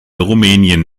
rumänien